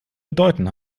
bedeuten